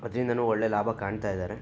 ಅದ್ರಿಂದಲೂ ಒಳ್ಳೆ ಲಾಭ ಕಾಣ್ತಾ ಇದ್ದಾರೆ